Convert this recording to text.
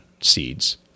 seeds